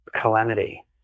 calamity